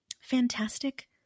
fantastic